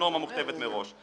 הנורמה מוכתבת מראש.